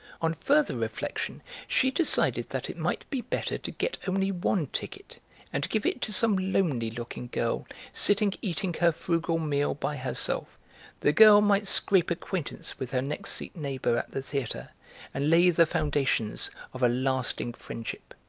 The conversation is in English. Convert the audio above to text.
on further reflection she decided that it might be better to get only one ticket and give it to some lonely-looking girl sitting eating her frugal meal by herself the girl might scrape acquaintance with her next-seat neighbour at the theatre and lay the foundations of a lasting friendship.